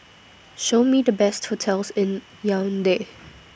Show Me The Best hotels in Yaounde